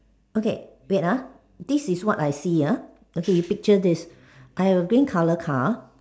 okay wait ah this is what I see ah okay you picture this I have a green colour car